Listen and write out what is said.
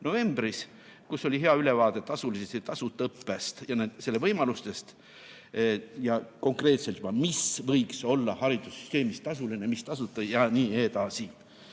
novembris, kus oli hea ülevaade tasulisest ja tasuta õppest ja nende võimalustest, sealhulgas konkreetselt, mis võiks olla haridussüsteemis tasuline, mis tasuta ja nii edasi.